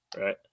right